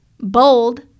BOLD